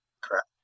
correct